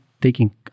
taking